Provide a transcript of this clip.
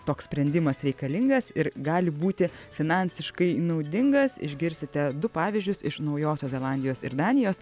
toks sprendimas reikalingas ir gali būti finansiškai naudingas išgirsite du pavyzdžius iš naujosios zelandijos ir danijos